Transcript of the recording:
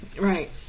Right